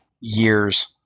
years